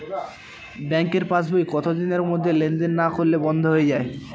ব্যাঙ্কের পাস বই কত দিনের মধ্যে লেন দেন না করলে বন্ধ হয়ে য়ায়?